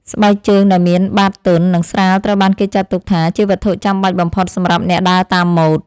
ស្បែកជើងដែលមានបាតទន់ និងស្រាលត្រូវបានគេចាត់ទុកថាជាវត្ថុចាំបាច់បំផុតសម្រាប់អ្នកដើរតាមម៉ូដ។